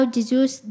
Jesus